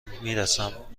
میرسم